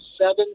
seven